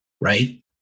right